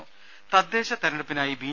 ദേര തദ്ദേശ തെരഞ്ഞെടുപ്പിനായി ബി